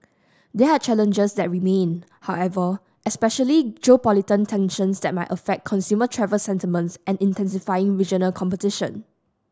there are challenges that remain however especially tensions that might affect consumer travel sentiments and intensifying regional competition